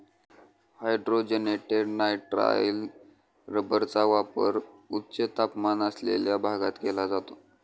hydrogenated nitrile रबरचा वापर उच्च तापमान असलेल्या भागात केला जातो